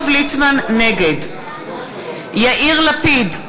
נגד יאיר לפיד,